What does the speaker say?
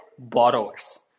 borrowers